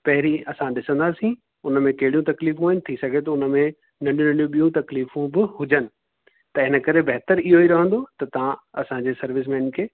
पहेरीं असां ॾिसंदासीं हुन में कहिड़ियूं तकलीफ़ूं आहिनि थी सघे थो हुन में नंढियूं नंढियूं ॿियूं तकलीफ़ू बि हुजनि त हिन करे बहितर इहो ई रहंदो त तव्हां असांजे सर्विस मैन खे